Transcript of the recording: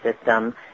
system